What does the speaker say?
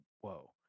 whoa